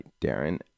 Darren